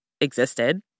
existed